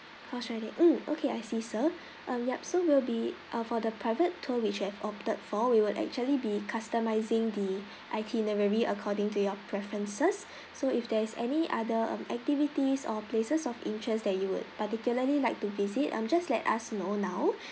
horse riding mm okay I see sir ah yap so will be ah for the private tour which have opted for we will actually be customizing the itinerary according to your preferences so if there is any other um activities or places of interest that you would particularly like to visit um just let us know now